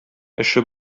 эше